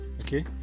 Okay